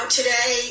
today